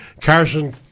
Carson